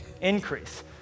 Increase